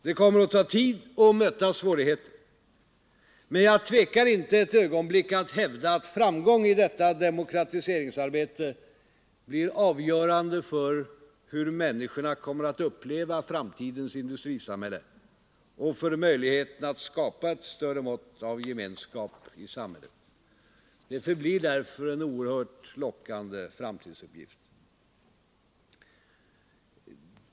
Det kommer att ta tid och möta svårigheter, men jag tvekar inte ett ögonblick att hävda att framgång i detta demokratiseringsarbete blir avgörande för hur människorna kommer att uppleva framtidens industrisamhälle och för möjligheten att skapa ett större mått av gemenskap i samhället. Det förblir därför en oerhört lockande framtidsuppgift.